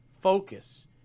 focus